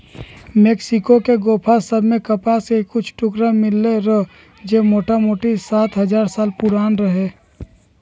Mexico के गोफा सभ में कपास के कुछ टुकरा मिललइ र जे मोटामोटी सात हजार साल पुरान रहै